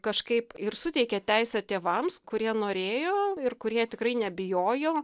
kažkaip ir suteikė teisę tėvams kurie norėjo ir kurie tikrai nebijojo